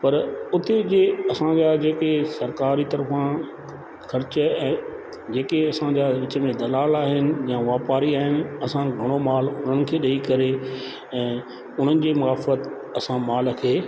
पर उते जीअं असांजा जेके सरकार जी तरफ़ा ख़र्चे ऐं जेके असांजा विच में दलाल आहिनि ऐं वापारी आहिनि असां घणो माल उन्हनि खे ॾेई करे ऐं उन्हनि जे मार्फ़ति असां माल खे